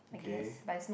okay